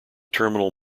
terminal